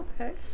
Okay